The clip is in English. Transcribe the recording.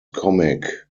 comic